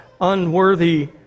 unworthy